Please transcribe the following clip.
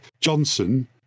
Johnson